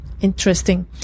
Interesting